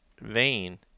vein